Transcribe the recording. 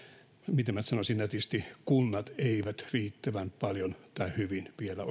miten minä nyt sanoisin nätisti kunnat eivät riittävän paljon tai hyvin vielä